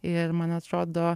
ir man atrodo